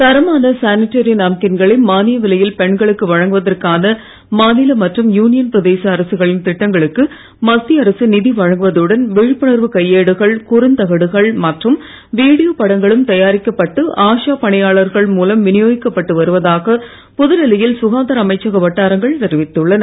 தரமான சானிட்டரி நாப்கின்களை மானிய விலையில் பெண்களுக்கு வழங்குவதற்கான மாநில மற்றும் யூனியன் பிரதேச அரசுகளின் திட்டங்களுக்கு மத்திய அரசு நிதி வழங்குவதுடன் விழிப்புணர்வு கையேடுகள் குறுந்தகடுகள் மற்றும் வீடியோ படங்களும் தயாரிக்கப்பட்டு ஆஷா பணியாளர்கள் மூலம் விநியோகிக்கப்பட்டு வருவதாக புதுடெல்லியில் சுகாதார அமைச்சக வட்டாரங்கள் தெரிவித்துள்ளன